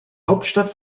hauptstadt